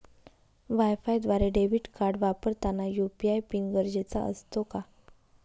वायफायद्वारे debit card वापरताना UPI PIN गरजेचा असतो का?